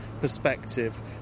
perspective